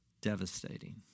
devastating